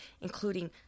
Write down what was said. including